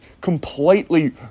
completely